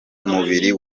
umubiri